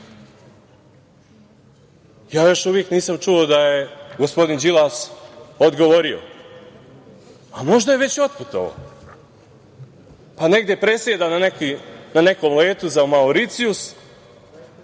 još uvek nisam čuo da je gospodin Đilas odgovorio, a možda je već otputovao, pa negde preseda na nekom letu za Mauricijus